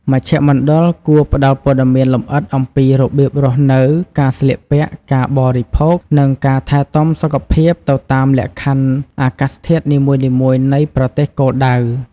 មជ្ឈមណ្ឌលគួរផ្តល់ព័ត៌មានលម្អិតអំពីរបៀបរស់នៅ ការស្លៀកពាក់ ការបរិភោគ និងការថែទាំសុខភាពទៅតាមលក្ខខណ្ឌអាកាសធាតុនីមួយៗនៃប្រទេសគោលដៅ។